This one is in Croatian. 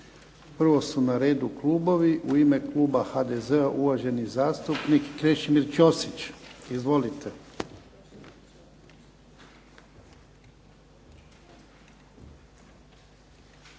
Prvo su na redu klubovi. U ime kluba HDZ-a, uvaženi zastupnik Krešimir Ćosić. Izvolite.